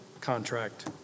contract